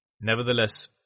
Nevertheless